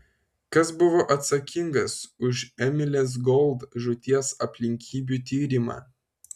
kas buvo atsakingas už emilės gold žūties aplinkybių tyrimą